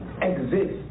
exist